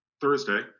Thursday